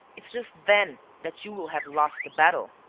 it's just then that you will have lost the battle.